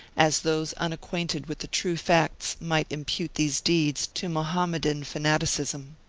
as those unacquainted with the true facts might impute these deeds to mohammedan fanaticism.